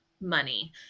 money